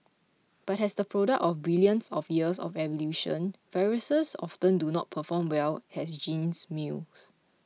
but as the product of billions of years of evolution viruses often do not perform well as gene mules